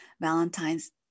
Valentine's